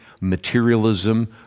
materialism